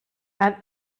and